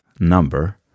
number